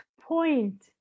point